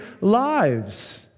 lives